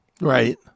right